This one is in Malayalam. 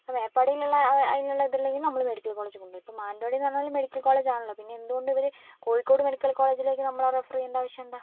ഇപ്പം മേപ്പാടിയിലുള്ള അയി അതിനുള്ള ഇത് ഇല്ലെങ്കിൽ നമ്മള് മെഡിക്കൽ കോളേജിൽ കൊണ്ടുപോവും ഇപ്പം മാനന്തവാടിയെന്ന് പറഞ്ഞാലും മെഡിക്കൽ കോളേജ് ആണല്ലോ പിന്നെ എന്തുകൊണ്ടിവര് കോഴിക്കോട് മെഡിക്കൽ കോളേജിലേക്ക് നമ്മളെ റഫറ് ചെയ്യേണ്ട ആവശ്യമെന്താണ്